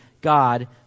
God